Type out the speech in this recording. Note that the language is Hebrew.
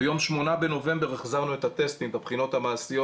ביום שמונה בנובמבר החזרנו את הטסטים ואת הבחינות המעשיות